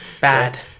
Bad